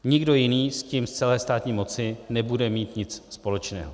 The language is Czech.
Nikdo jiný s tím z celé státní moci nebude mít nic společného.